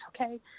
okay